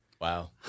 Wow